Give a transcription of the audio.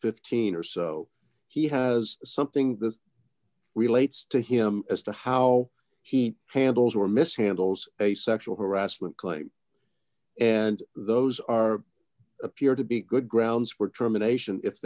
fifteen or so he has something that relates to him as to how he handles or mishandles a sexual harassment claim and those are appear to be good grounds